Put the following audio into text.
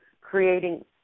creating